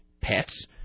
Pets